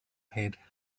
had